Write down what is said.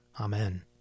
Amen